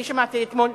אני שמעתי אתמול,